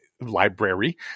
library –